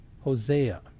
Hosea